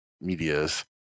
media's